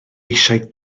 eisiau